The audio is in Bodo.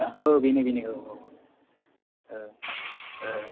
औ बेनो बेनो औ औ औ